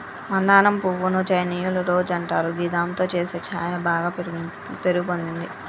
మందారం పువ్వు ను చైనీయుల రోజ్ అంటారు గిదాంతో చేసే ఛాయ బాగ పేరు పొందింది